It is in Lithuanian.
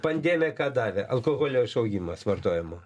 pandemija ką davė alkoholio išaugimas vartojimo